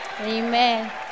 amen